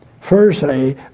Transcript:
firstly